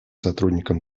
сотрудникам